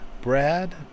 Brad